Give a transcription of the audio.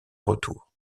retour